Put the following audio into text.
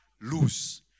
lose